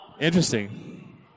Interesting